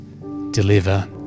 deliver